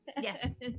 yes